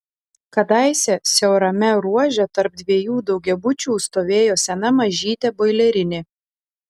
kadaise siaurame ruože tarp dviejų daugiabučių stovėjo sena mažytė boilerinė